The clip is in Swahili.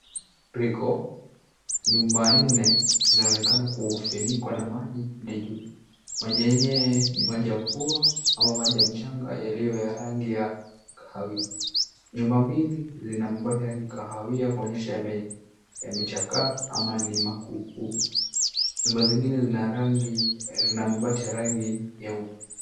Mafuriko, nyumba nne zinaonekana kufinikwa hadi juu. Maji yenyewe ni maji ya mvua au mchanga yaliyo ya rangi ya kahawia. Nyumba mbili zina bwege ya kahawia kuashiria kuwa yamechakaa au ni makukuu. Nyumba zingine zina rangi na mabati ya rangi nyeupe.